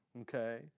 okay